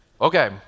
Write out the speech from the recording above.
Okay